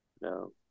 No